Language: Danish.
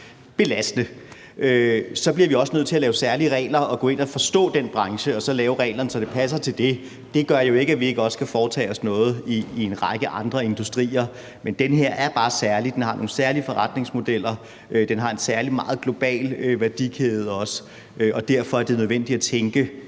belastende – så bliver vi også nødt til at lave særlige regler, altså gå ind at forstå den branche og lave reglerne, så de passer til den. Det betyder jo ikke, at vi ikke også skal foretage os noget i forbindelse med en række andre industrier, men den her er bare særlig – den har nogle særlige forretningsmodeller, og den har også en særlig, meget global værdikæde, og derfor er det også nødvendigt at tænke